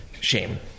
Shame